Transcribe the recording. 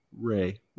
Ray